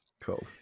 Cool